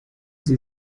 sie